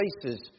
places